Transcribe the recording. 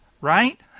Right